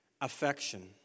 affection